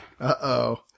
Uh-oh